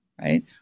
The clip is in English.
right